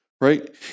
right